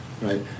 right